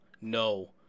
No